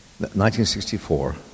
1964